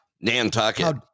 nantucket